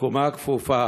בקומה כפופה,